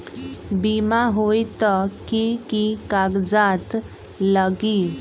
बिमा होई त कि की कागज़ात लगी?